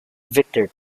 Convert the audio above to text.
victor